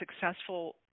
successful